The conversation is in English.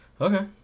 Okay